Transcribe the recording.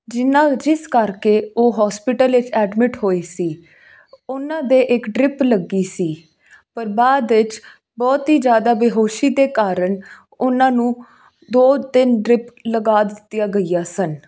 ਜਿਹਨਾਂ ਜਿਸ ਕਰਕੇ ਉਹ ਹੋਸਪਿਟਲ ਵਿੱਚ ਐਡਮਿਟ ਹੋਈ ਸੀ ਉਹਨਾਂ ਦੇ ਇੱਕ ਡ੍ਰਿਪ ਲੱਗੀ ਸੀ ਪਰ ਬਾਅਦ ਵਿੱਚ ਬਹੁਤ ਹੀ ਜ਼ਿਆਦਾ ਬੇਹੋਸ਼ੀ ਦੇ ਕਾਰਨ ਉਹਨਾਂ ਨੂੰ ਦੋ ਤਿੰਨ ਡ੍ਰਿਪ ਲਗਾ ਦਿੱਤੀਆਂ ਗਈਆਂ ਸਨ